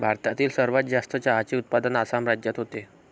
भारतातील सर्वात जास्त चहाचे उत्पादन आसाम राज्यात होते